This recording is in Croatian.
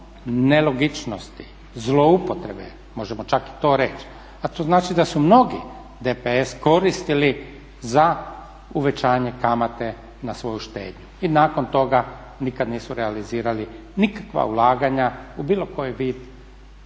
nelogičnosti zloupotrebe, možemo čak i to reći, a to znači da su mnogi DPS koristili za uvećanje kamate na svoju štednju i nakon toga nikad nisu realizirali nikakva ulaganja u bilo koji vid